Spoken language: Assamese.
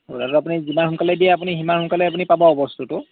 পইছাটো আপুনি যিমান সোনকালে দিয়ে সিমান সোনকালে পাব বস্তুটো